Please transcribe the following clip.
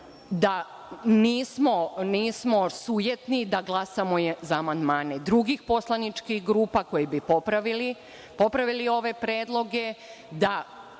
da nismo sujetni da glasamo za amandmane drugih poslaničkih grupa koji bi popravili ove predloge.